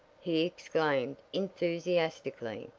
he exclaimed enthusiastically.